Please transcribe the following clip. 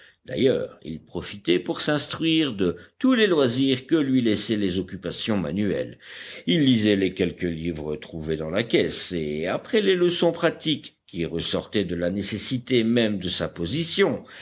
d'ailleurs il profitait pour s'instruire de tous les loisirs que lui laissaient les occupations manuelles il lisait les quelques livres trouvés dans la caisse et après les leçons pratiques qui ressortaient de la nécessité même de sa position